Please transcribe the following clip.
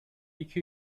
iki